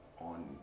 on